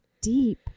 deep